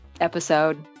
episode